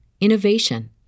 innovation